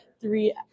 three